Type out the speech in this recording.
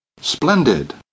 Splendid